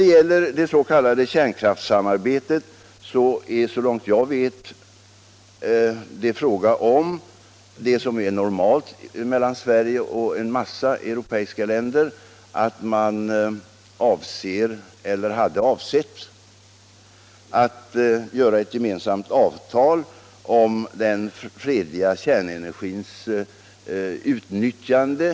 Beträffande det s.k. kärnkraftssamarbetet är det, åtminstone så långt jag vet, fråga om ett normalt samarbete mellan Sverige och en mängd europeiska länder, dvs. att man avser — eller hade avsett — att sluta ett gemensamt tekniskt avtal om den fredliga kärnenergins utnyttjande.